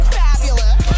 fabulous